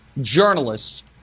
journalists